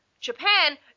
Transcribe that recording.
Japan